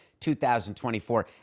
2024